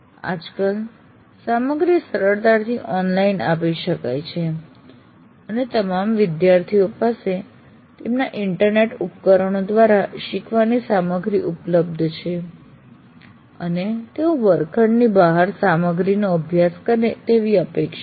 આજકાલ સામગ્રી સરળતાથી ઓનલાઈન આપી શકાય છે અને તમામ વિદ્યાર્થીઓ પાસે તેમના ઇન્ટરનેટ ઉપકરણો દ્વારા શીખવાની સામગ્રીની ઉપલબ્ધ છે અને તેઓ વર્ગખંડની બહારની સામગ્રીનો અભ્યાસ કરે તેવી અપેક્ષા છે